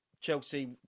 Chelsea